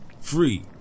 Free